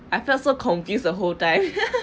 I felt so confused the whole time